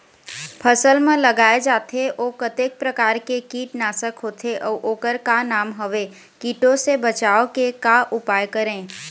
फसल म लगाए जाथे ओ कतेक प्रकार के कीट नासक होथे अउ ओकर का नाम हवे? कीटों से बचाव के का उपाय करें?